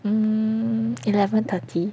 hmm eleven thirty